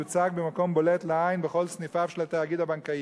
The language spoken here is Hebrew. יוצג במקום בולט לעין בכל סניפיו של התאגיד הבנקאי.